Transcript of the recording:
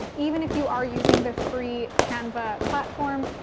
even if you are using the free canva platform,